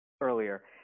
earlier